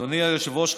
אדוני היושב-ראש,